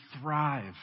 thrive